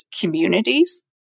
communities